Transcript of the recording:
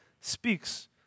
speaks